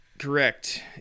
Correct